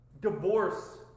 Divorce